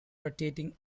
rotating